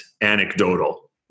anecdotal